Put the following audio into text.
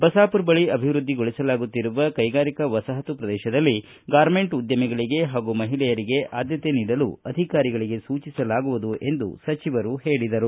ಬಸಾಪುರ ಬಳಿ ಅಭಿವ್ಯದ್ಧಿಗೊಳಿಸಲಾಗುತ್ತಿರುವ ಕೈಗಾರಿಕಾ ವಸಾಪತು ಪ್ರದೇಶದಲ್ಲಿ ಗಾರ್ಮೆಂಟ್ ಉದ್ದಮಿಗಳಿಗೆ ಹಾಗೂ ಮಹಿಳೆಯರಿಗೂ ಆದ್ಯತೆ ನೀಡಲು ಅಧಿಕಾರಿಗಳಿಗೆ ಸೂಚಿಸಲಾಗುವುದು ಎಂದು ಸಚಿವರು ಹೇಳಿದರು